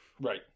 Right